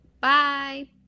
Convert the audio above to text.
Bye